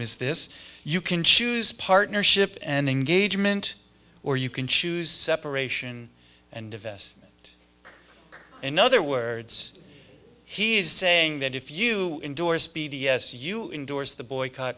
miss this you can choose partnership and engagement or you can choose separation and divest in other words he is saying that if you endorse b d s you endorse the boycott